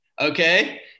Okay